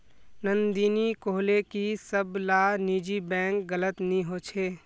नंदिनी कोहले की सब ला निजी बैंक गलत नि होछे